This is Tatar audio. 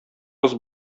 кыз